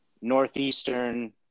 Northeastern